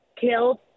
killed